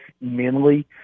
mentally